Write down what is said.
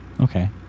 Okay